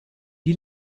die